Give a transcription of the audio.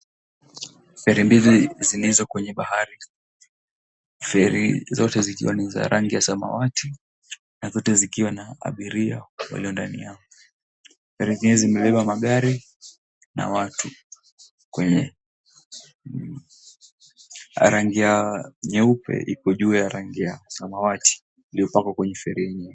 Feri mbili zilizo kwenye bahari. Feri zote zikiwa ni za rangi ya samawati na zote zikiwa na abiria walio ndani. Feri hizi zimebeba magari na watu. Kwenye rangi ya nyeupe iko juu ya rangi ya samawati iliyopakwa kwenye feri hiyo.